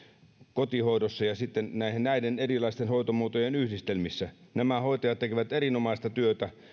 kotihoidossa ja näiden erilaisten hoitomuotojen yhdistelmissä nämä hoitajat tekevät erinomaista työtä